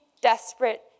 desperate